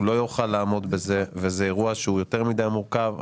הוא לא יוכל לעמוד בזה וזה אירוע שהוא יותר מידי מורכב.